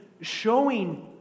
showing